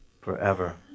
forever